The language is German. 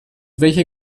welcher